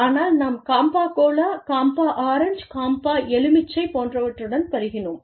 ஆனால் நாம் Campa Cola Campa orange Campa எலுமிச்சை போன்றவற்றுடன் பருகினோம்